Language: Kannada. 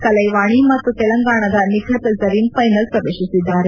ಕಲೈವಾಣಿ ಮತ್ತು ತೆಲಂಗಾಣದ ನಿಖಿತ್ ಜರೀನ್ ಫೈನಲ್ ಫ್ರವೇಶಿಸಿದ್ದಾರೆ